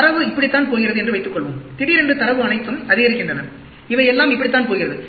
தரவு இப்படித்தான் போகிறது என்று வைத்துக்கொள்வோம் திடீரென்று தரவு அனைத்தும் அதிகரிக்கின்றன இவை எல்லாம் இப்படித்தான் போகிறது